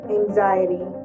anxiety